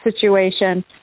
situation